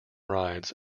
rides